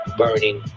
burning